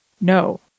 No